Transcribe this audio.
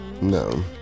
No